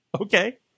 okay